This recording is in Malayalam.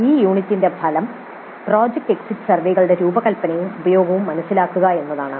ഈ യൂണിറ്റിന്റെ ഫലം "പ്രോജക്റ്റ് എക്സിറ്റ് സർവേകളുടെ രൂപകൽപ്പനയും ഉപയോഗവും മനസിലാക്കുക" എന്നതാണ്